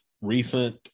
recent